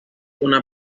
una